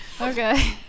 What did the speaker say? Okay